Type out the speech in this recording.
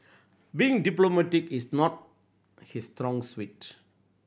being diplomatic is not his strong suite